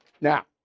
Now